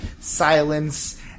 Silence